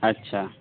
আচ্ছা